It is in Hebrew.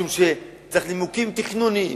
משום שצריך נימוקים תכנוניים,